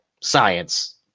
science